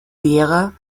derer